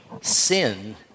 Sin